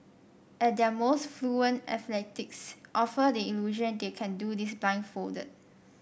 at their most fluent athletes offer the illusion they can do this blindfolded